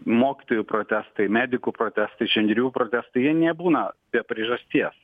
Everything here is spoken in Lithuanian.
mokytojų protestai medikų protestai žemdirbių protestai jie nebūna be priežasties